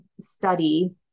study